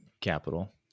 capital